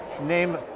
name